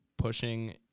pushing